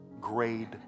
Grade